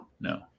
No